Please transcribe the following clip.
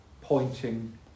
pointing